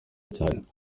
cyane